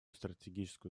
стратегическую